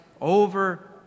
over